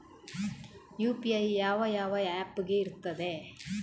UPI ಯಾವ ಯಾವ app ಗೆ ಇರ್ತದೆ?